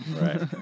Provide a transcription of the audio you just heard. Right